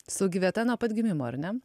saugi vieta nuo pat gimimo ar ne